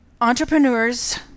entrepreneurs